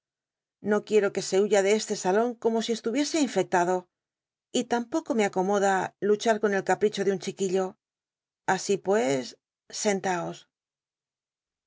c uici'o que se huya de este salon como si estuviese infestado y tampoco me acomoda luchat con el capricho de un chiquillo así pues sentaos